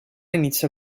inizia